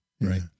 Right